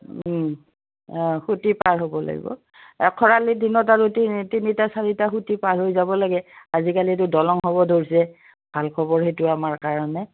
অঁ সুঁতি পাৰ হ'ব লাগিব খৰালিৰ দিনত আৰু তিনি তিনিটা চাৰিটা সুঁতি পাৰ হৈ যাব লাগে আজিকালিটো দলং হ'ব ধৰিছে ভাল খবৰ সেইটো আমাৰ কাৰণে